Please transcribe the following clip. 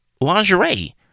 lingerie